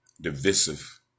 divisive